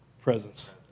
presence